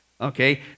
Okay